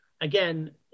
again